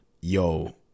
yo